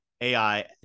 AI